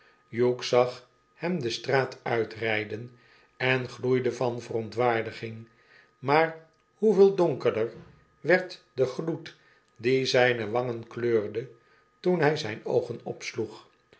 hugh zag hem de straat uitrijden en gloeide van verontwaardiging maar hoeveel donkerder werd de gloed die zijne wangen kleurde toen hij zijn oogen opsloeg